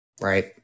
right